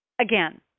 again